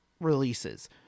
releases